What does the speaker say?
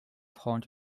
haunt